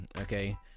okay